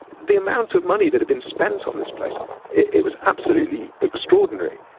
the amounts of money that have been spent on this place it was absolutely extraordinary.